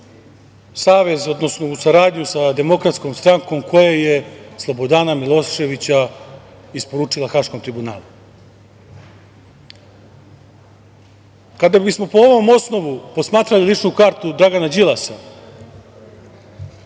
savez, odnosno u saradnju sa DS koja je Slobodana Miloševića isporučila Haškom tribunalu. Kada bismo po ovom osnovu posmatrali ličnu kartu Dragana Đilasa,